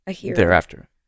thereafter